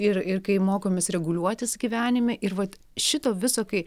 ir ir kai mokomės reguliuotis gyvenime ir vat šito viso kai